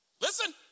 listen